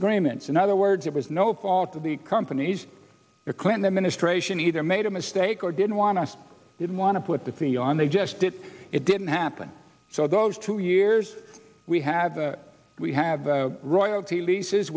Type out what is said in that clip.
agreements in other words it was no fault of the companies the clinton administration either made a mistake or didn't want to didn't want to put the fee on they just did it didn't happen so those two years we have we have royalty leases